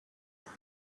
have